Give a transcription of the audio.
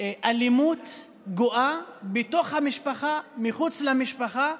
אלימות גואה בתוך המשפחה ומחוץ למשפחה,